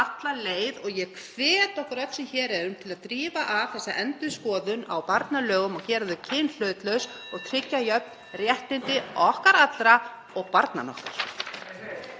og ég hvet okkur öll sem hér erum til að drífa af þessa endurskoðun á barnalögum og gera þau kynhlutlaus og tryggja jöfn réttindi okkar allra og barnanna okkar.